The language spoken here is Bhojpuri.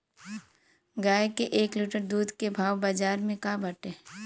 गाय के एक लीटर दूध के भाव बाजार में का बाटे?